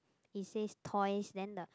it says toys then the